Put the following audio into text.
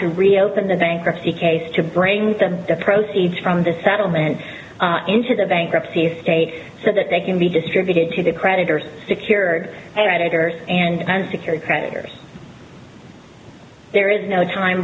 to reopen the bankruptcy case to bring the proceeds from the settlement into the bankruptcy state so that they can be distributed to the creditors secured creditors and unsecured creditors there is no time